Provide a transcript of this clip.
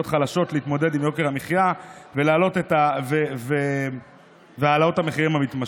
חלשות להתמודד עם יוקר המחיה והעלאות המחירים המתמשכות.